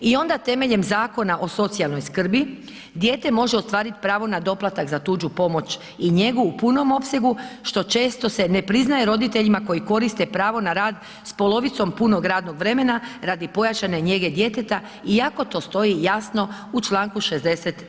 I onda temeljem zakona o socijalnoj skrbi dijete može ostvariti pravo na doplatak za tuđu pomoć i njegu u punom opsegu, što često se ne priznaje roditeljima koji koriste pravo na rad s polovicom punog radnog vremena radi pojačane njege djeteta, iako to stoji jasno u čl. 60.